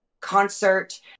concert